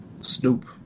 Snoop